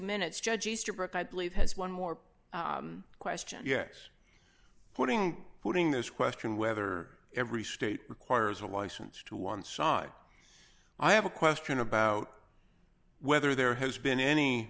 minutes judge easterbrook i believe has one more question putting putting this question whether every state requires a license to one side i have a question about whether there has been any